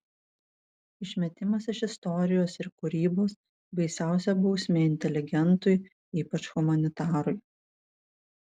išmetimas iš istorijos ir kūrybos baisiausia bausmė inteligentui ypač humanitarui